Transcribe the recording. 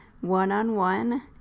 one-on-one